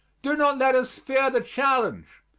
do not let us fear the challenge.